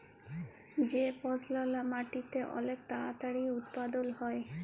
যে ফসললা মাটিতে অলেক তাড়াতাড়ি উৎপাদল হ্যয়